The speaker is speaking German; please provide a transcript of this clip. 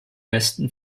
westen